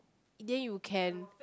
in the end you can